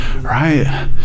right